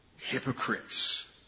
Hypocrites